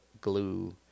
glue